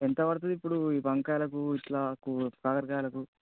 ఎంత పడుతుంది ఇప్పుడు ఈ వంకాయలకు ఇట్లా కూ కాకరకాయలకు